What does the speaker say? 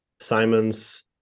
Simon's